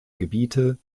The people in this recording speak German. gebiete